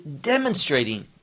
demonstrating